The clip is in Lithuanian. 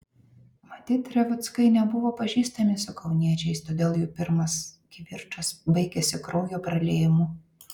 matyt revuckai nebuvo pažįstami su kauniečiais todėl jų pirmas kivirčas baigėsi kraujo praliejimu